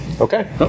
okay